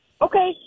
Okay